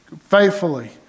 faithfully